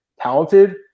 talented